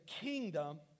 kingdom